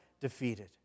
defeated